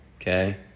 okay